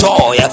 Joy